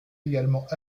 également